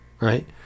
right